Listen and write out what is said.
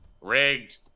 Rigged